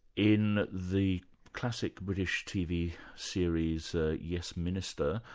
in the classic british tv series ah yes, minister',